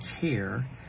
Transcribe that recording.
care